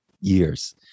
years